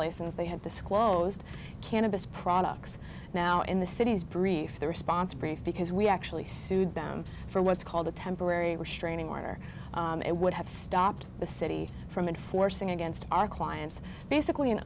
license they have disclosed cannabis products now in the city's brief the response brief because we actually sued them for what's called a temporary restraining order it would have stopped the city from enforcing against our clients basically an